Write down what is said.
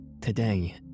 Today